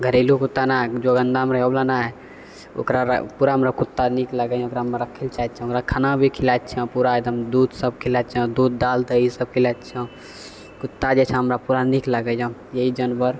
घरेलू कुत्ता ने जो गन्दामे रहै ओवला नहि ओकरामे पूरा कुता हमरा नीक लागैए ओकरा हमरा राखै चाहै छिए ओकरा खाना भी खिलाइ छिए पूरा एकदम दूधसब खिलाइ छिए दूध दाल दहीसब खिलाइ छिए कुत्ता जे छै हमरा पूरा नीक लागै छै इएह जानवर